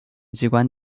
机关